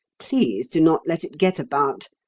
please do not let it get about,